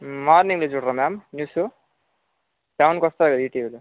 morning చూడరా ma'am news సెవెన్కి వస్తుంది కదా ఈటీవీలో